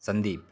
सन्दीपः